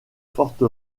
forte